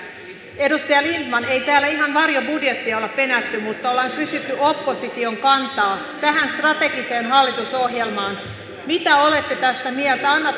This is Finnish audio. edustaja lindtman ei täällä ihan varjobudjettia olla penätty mutta ollaan kysytty opposition kantaa tähän strategiseen hallitusohjelmaan mitä olette tästä mieltä annatteko näille strategisille valinnoille tukenne